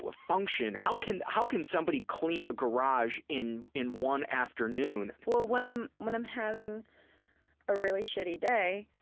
ah function? how can how can somebody clean a garage in in one afternoon? well, when i'm when i'm having a really shitty day,